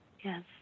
Yes